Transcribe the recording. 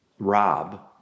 Rob